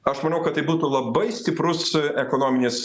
aš manau kad tai būtų labai stiprus ekonominis